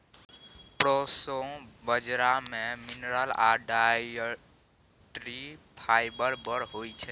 proso बजरा मे mineral आ डाइटरी फाइबर बड़ होइ छै